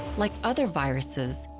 like other viruses,